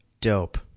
dope